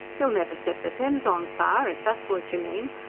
he'll never set the thames on fire, if that's what you mean.